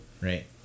right